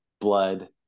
blood